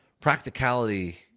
practicality